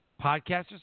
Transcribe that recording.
podcasters